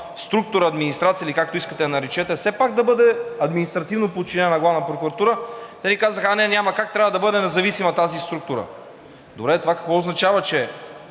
администрация или както искате я наречете, все пак да бъде административно подчинена на Главна прокуратура, а те: „А, не, няма как, трябва да бъде независима тази структура.“ Добре, това какво означава – че